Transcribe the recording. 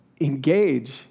engage